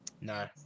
No